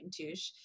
Touche